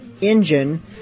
Engine